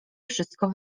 wszystko